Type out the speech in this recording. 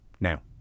Now